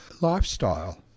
lifestyle